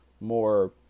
more